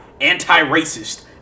anti-racist